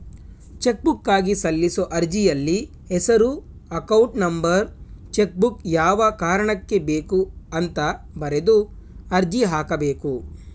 ಚೆಕ್ಬುಕ್ಗಾಗಿ ಸಲ್ಲಿಸೋ ಅರ್ಜಿಯಲ್ಲಿ ಹೆಸರು ಅಕೌಂಟ್ ನಂಬರ್ ಚೆಕ್ಬುಕ್ ಯಾವ ಕಾರಣಕ್ಕೆ ಬೇಕು ಅಂತ ಬರೆದು ಅರ್ಜಿ ಹಾಕಬೇಕು